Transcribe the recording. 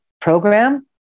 program